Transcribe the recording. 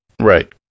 Right